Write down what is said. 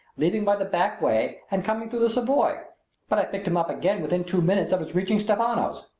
leaving by the back way and coming through the savoy but i picked him up again within two minutes of his reaching stephano's.